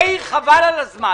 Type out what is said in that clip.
מאיר, חבל על הזמן.